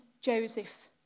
Joseph